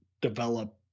develop